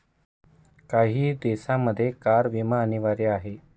काही देशांमध्ये कार विमा अनिवार्य आहे